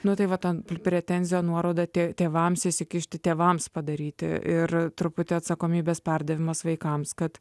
nu tai va ta pretenzija nuoroda tiek tėvams įsikišti tėvams padaryti ir truputį atsakomybės perdavimas vaikams kad